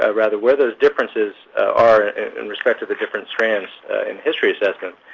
ah rather, where those differences are in respect to the different strands in history assessment.